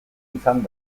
izan